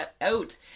out